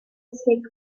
sick